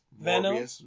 Venom